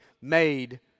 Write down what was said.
made